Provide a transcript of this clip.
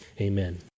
Amen